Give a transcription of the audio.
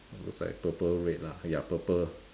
looks like purple red lah ya purple